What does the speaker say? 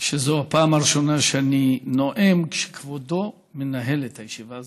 זו הפעם הראשונה שאני נואם כשכבודו מנהל את הישיבה,